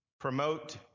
Promote